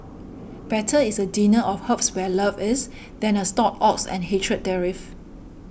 better is a dinner of herbs where love is than a stalled ox and hatred therewith